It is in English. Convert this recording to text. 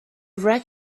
wreck